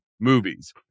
movies